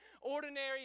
ordinary